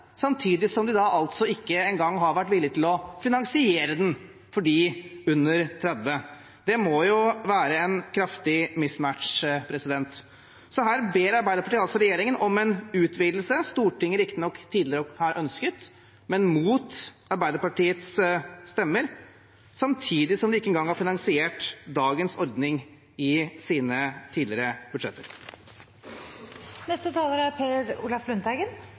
samtidig som de da altså ikke engang har vært villige til å finansiere det for dem under 30. Det må jo være en kraftig «mismatch». Så her ber altså Arbeiderpartiet regjeringen om en utvidelse Stortinget riktignok tidligere har ønsket, men mot Arbeiderpartiets stemmer, samtidig som de ikke engang har finansiert dagens ordning i sine tidligere